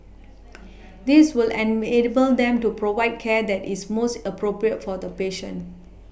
this will an enable them to provide care that is most appropriate for the patient